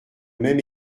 même